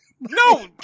No